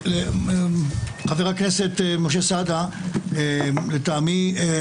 חבר הכנסת משה סעדה, לטעמי,